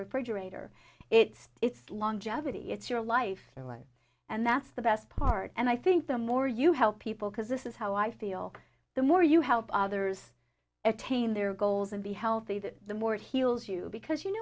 refrigerator it's it's longevity it's your life your life and that's the best part and i think the more you help people because this is how i feel the more you help others attain their goals and be healthy that the more heals you because you know